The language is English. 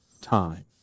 time